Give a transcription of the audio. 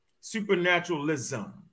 supernaturalism